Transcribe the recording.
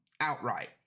outright